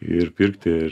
ir pirkti